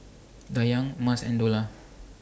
Dayang Mas and Dollah